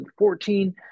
2014